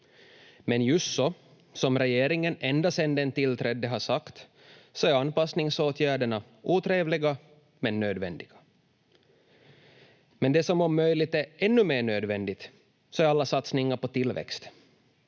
Men just så som regeringen ända sedan den tillträdde har sagt är anpassningsåtgärderna otrevliga men nödvändiga. Det som om möjligt är ännu mer nödvändigt är alla satsningar på tillväxt.